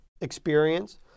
experience